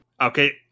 okay